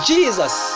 Jesus